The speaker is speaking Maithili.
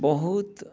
बहुत